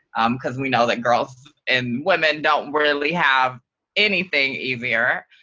um because we know that girls and women don't really have anything easier.